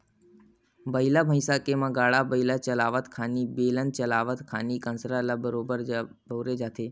बइला भइसा के म गाड़ा बइला चलावत खानी, बेलन चलावत खानी कांसरा ल बरोबर बउरे जाथे